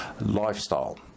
lifestyle